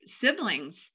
siblings